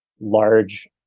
large